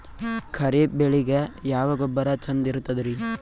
ಖರೀಪ್ ಬೇಳಿಗೆ ಯಾವ ಗೊಬ್ಬರ ಚಂದ್ ಇರತದ್ರಿ?